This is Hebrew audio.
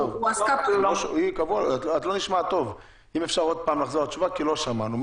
אם אפשר, לחזור על התשובה כי לא שמענו.